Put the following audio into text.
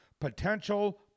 potential